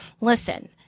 Listen